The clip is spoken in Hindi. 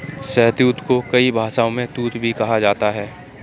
शहतूत को कई भाषाओं में तूत भी कहा जाता है